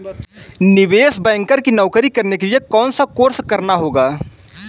निवेश बैंकर की नौकरी करने के लिए कौनसा कोर्स करना होगा?